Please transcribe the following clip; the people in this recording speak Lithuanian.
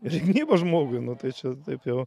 ir įgnyba žmogui nu tai čia taip jau